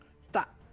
Stop